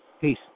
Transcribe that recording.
Peace